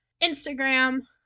Instagram